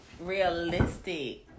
realistic